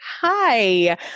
Hi